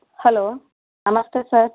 hello నమస్తే sir